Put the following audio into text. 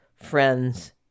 friends